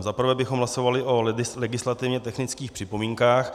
Za prvé bychom hlasovali o legislativně technických připomínkách.